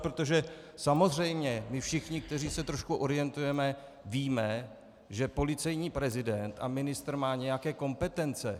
Protože samozřejmě my všichni, kteří se trošku orientujeme, víme, že policejní prezident a ministr má nějaké kompetence.